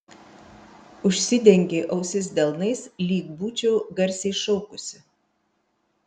užsidengei ausis delnais lyg būčiau garsiai šaukusi